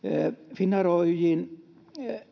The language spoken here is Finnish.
finnair oyjn